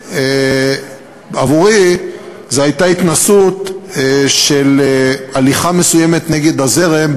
עבורי זו הייתה התנסות של הליכה מסוימת נגד הזרם,